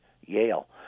Yale